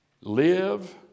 Live